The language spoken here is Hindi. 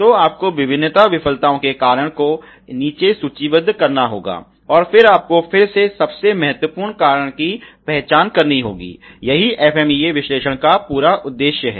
तो आपको विभिन्न विफलताओं के कारण को नीचे सूचीबद्ध करना होगा और फिर आपको फिर से सबसे महत्वपूर्ण कारण की पहचान करनी होगी यही FMEA विश्लेषण का पूरा उद्देश्य है